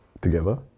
together